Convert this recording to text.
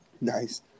nice